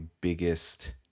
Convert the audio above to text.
biggest